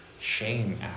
Shame